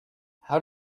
how